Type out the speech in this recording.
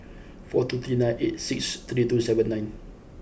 four two three nine eight six three two seven nine